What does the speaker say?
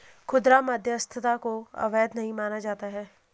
खुदरा मध्यस्थता को अवैध नहीं माना जाता है